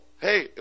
Hey